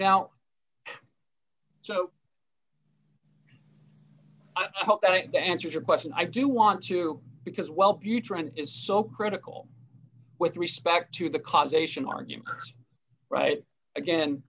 now so i hope that answers your question i do want to because well you trend is so critical with respect to the causation argument right again